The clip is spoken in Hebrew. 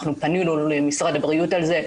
פנינו למשרד הבריאות בעניין הזה.